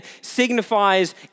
signifies